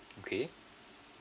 okay